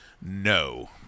no